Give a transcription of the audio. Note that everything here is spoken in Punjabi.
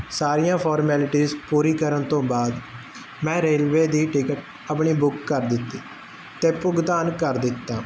ਸਾਰੀਆਂ ਫੋਰਮੈਲਿਟੀਜ ਪੂਰੀ ਕਰਨ ਤੋਂ ਬਾਅਦ ਮੈਂ ਰੇਲਵੇ ਦੀ ਟਿਕਟ ਆਪਣੀ ਬੁੱਕ ਕਰ ਦਿੱਤੀ ਤੇ ਭੁਗਤਾਨ ਕਰ ਦਿੱਤਾ